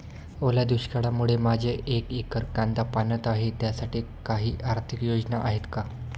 ओल्या दुष्काळामुळे माझे एक एकर कांदा पाण्यात आहे त्यासाठी काही आर्थिक योजना आहेत का?